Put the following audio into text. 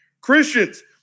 Christians